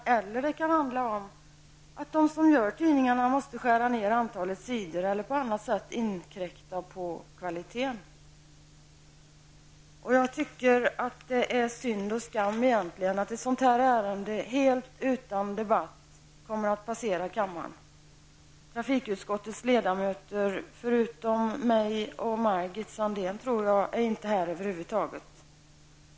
Det kan också bli fråga om att de som gör tidningarna måste skära ned antalet sidor eller på annat sätt inkräkta på kvaliteten. Det är synd och skam att ett sådant här ärende kommer att passera kammaren helt utan debatt. Sandéhn, är över huvud taget inte här.